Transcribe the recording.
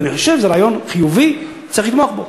אני חושב שזה רעיון חיובי, צריך לתמוך בו.